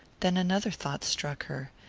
then another thought struck her,